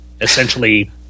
essentially